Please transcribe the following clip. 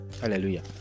hallelujah